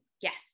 yes